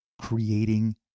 creating